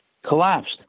Collapsed